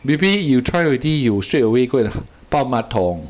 maybe you try already you straight away go and h~ 抱马桶